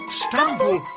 stumble